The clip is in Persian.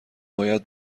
باید